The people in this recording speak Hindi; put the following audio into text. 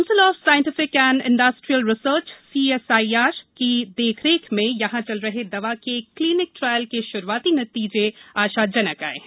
council of scientific and industrial research CSIR की देखरेख में यहाँ चल रहे दवा के क्लिनिक ट्रायल के श्रुआती नतीजे आशाजनक आये हैं